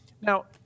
now